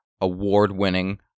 award-winning